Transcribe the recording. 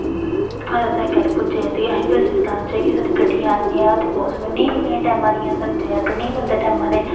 आखदे केह्ली पुज्जे ते अस जेल्लै सनाचै की साढ़ी गड्डियां जेह्कियां ते ओह् सानूं नेईं मिलियां टैमां दियां सानूं ऑटो नेईं मिलदे टैमां दे